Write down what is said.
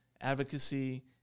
advocacy